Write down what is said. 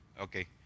okay